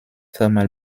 thermal